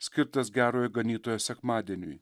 skirtas gerojo ganytojo sekmadieniui